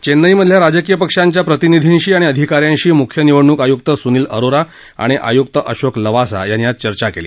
चेन्नईमधल्या राजकीय पक्षांच्या प्रतिनिधींशी आणि अधिका यांशी मुख्य निवडणूक आयुक्त सुनील अरोरा आणि आयुक्त अशोक लवासा यांनी आज चर्चा केली